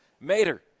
mater